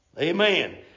Amen